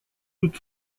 toute